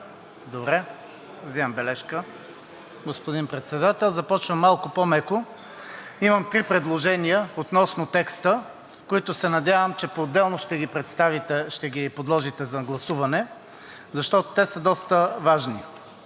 Добре. Взимам си бележка, господин Председател. Започвам малко по-меко. Имам три предложения относно текста, които, се надявам, че поотделно ще ги подложите за гласуване, защото те са доста важни.